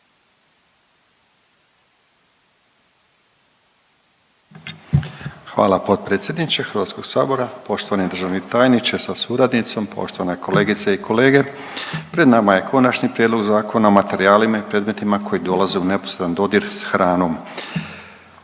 Hvala potpredsjedniče Hrvatskog sabora, poštovani državni tajniče sa suradnicom, poštovane kolegice i kolege. Pred nama je Konačni prijedlog zakona o materijalima i predmetima koji dolaze u neposredan dodir sa hranom.